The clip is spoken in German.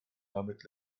damit